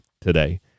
today